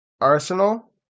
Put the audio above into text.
Arsenal